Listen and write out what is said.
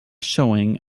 showing